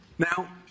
Now